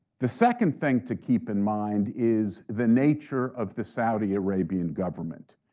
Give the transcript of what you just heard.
the second thing to keep in mind is the nature of the saudi arabian government.